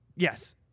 Yes